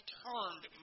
turned